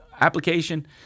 application